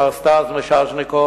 מר סטס מיסז'ניקוב,